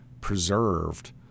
preserved